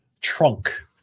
trunk